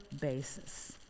basis